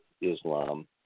Islam